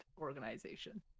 organization